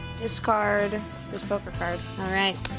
discard this poker card. alright,